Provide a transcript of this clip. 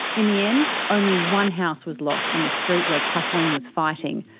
in the end, only one house was lost on the street where kathleen was fighting.